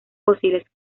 fósiles